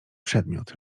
przedmiot